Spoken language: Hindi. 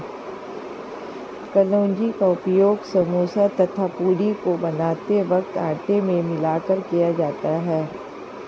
कलौंजी का उपयोग समोसा तथा पूरी को बनाते वक्त आटे में मिलाकर किया जाता है